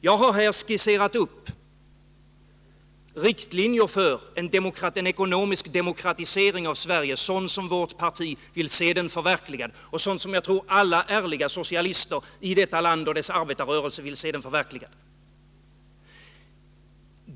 Jag har här skisserat riktlinjer för en ekonomisk demokratisering i Sverige, sådan vårt parti vill se den förverkligad och sådan jag tror att alla ärliga socialister i detta land och dess arbetarrörelse vill se den förverkligad.